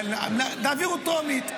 תעבירו טרומית.